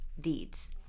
deeds